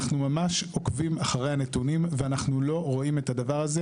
אנחנו ממש עוקבים אחרי הנתונים ואנחנו לא רואים את הדבר הזה.